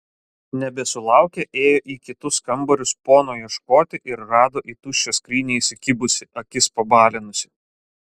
nebesulaukę ėjo į kitus kambarius pono ieškoti ir rado į tuščią skrynią įsikibusį akis pabalinusį